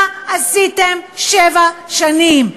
מה עשיתם שבע שנים?